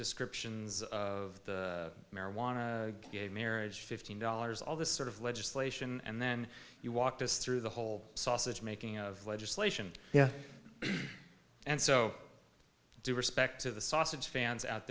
descriptions of marijuana gay marriage fifteen dollars all this sort of legislation and then you walked us through the whole sausage making of legislation yeah and so due respect to the sausage fans out